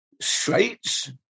straits